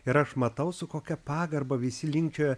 ir aš matau su kokia pagarba visi linkčioja